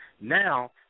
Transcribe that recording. Now